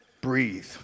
breathe